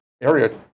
area